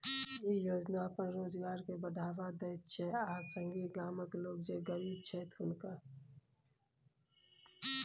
ई योजना अपन रोजगार के बढ़ावा दैत छै आ संगहि गामक लोक जे गरीब छैथ हुनका